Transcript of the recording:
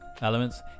elements